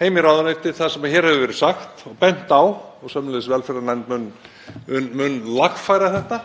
heim í ráðuneyti það sem hér hefur verið sagt og bent á og sömuleiðis að velferðarnefnd muni lagfæra þetta.